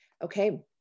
Okay